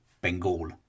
Bengal